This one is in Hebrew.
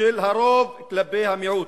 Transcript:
של הרוב כלפי המיעוט.